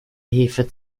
hefe